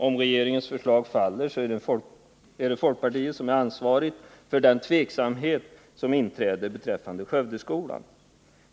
Om regeringens förslag faller, är det folkpartiet som är ansvarigt för den tveksamhet som inträder beträffande Skövdeskolan.